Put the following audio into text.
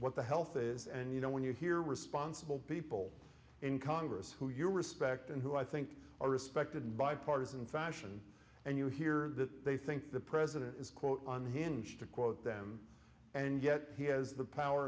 what the health is and you know when you hear responsible people in congress who you respect and who i think are respected and bipartisan fashion and you hear that they think the president is quote on hinge to quote them and yet he has the power